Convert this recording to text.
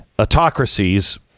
autocracies